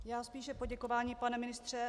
Já spíše poděkování, pane ministře.